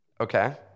Okay